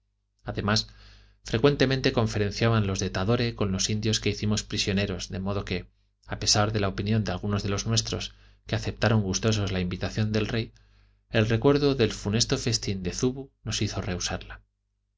además frecuentemente conferenciaban los de tadore con los indios que hicimos prisioneros de modo que a pesar de la opinión de alg unos de los nuestros que aceptaron gustosos la invitación del rey el recuerdo del funesto festín de zubu nos hizo rehusarla